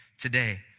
today